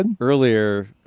Earlier